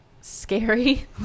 scary